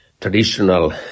traditional